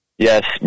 Yes